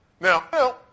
Now